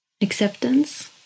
acceptance